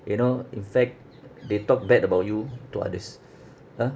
you know in fact they talk bad about you to others ah